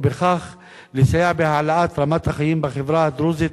ובכך לסייע בהעלאת רמת החיים בחברה הדרוזית